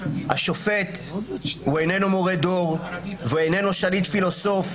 "השופט הוא איננו מורה דור ואיננו שליט פילוסוף.